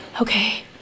okay